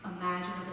imaginable